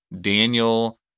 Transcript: Daniel